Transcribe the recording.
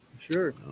Sure